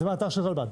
זה מהאתר של רלב"ד,